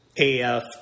AF –